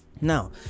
now